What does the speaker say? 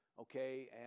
Okay